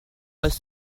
was